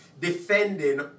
defending